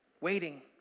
waiting